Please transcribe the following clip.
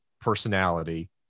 personality